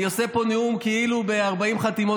אני עושה פה נאום כאילו ב-40 חתימות,